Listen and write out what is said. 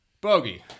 Bogey